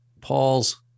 Paul's